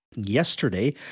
Yesterday